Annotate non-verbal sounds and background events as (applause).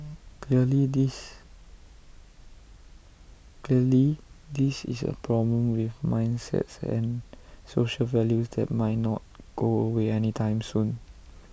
(noise) clearly this clearly this is A problem with mindsets and social values that might not go away anytime soon